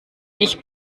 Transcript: ich